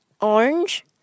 orange